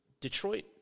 Detroit